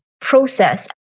process